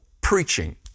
preaching